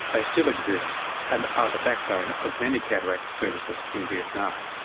they still exist and are the backbone of many cataract services in vietnam.